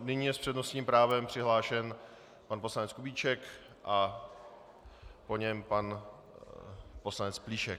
Nyní je s přednostním právem přihlášen pan poslanec Kubíček a po něm pan poslanec Plíšek.